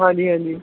ਹਾਂਜੀ ਹਾਂਜੀ